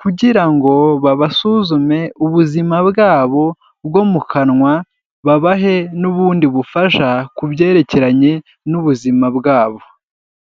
kugira ngo babasuzume ubuzima bwabo bwo mu kanwa, babahe n'ubundi bufasha ku byerekeranye n'ubuzima bwabo.